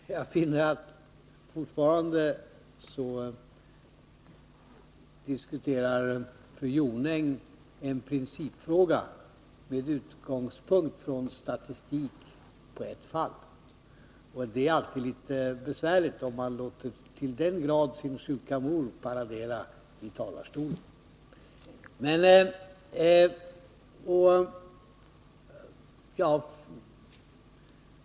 Herr talman! Jag finner att fru Jonäng fortfarande diskuterar en principfråga med utgångspunkt i statistik från ett enda fall. Det är alltid litet besvärligt, om man till den grad låter sin sjuka mor paradera i talarstolen.